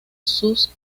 sus